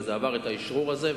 וזה עבר את האשרור הזה,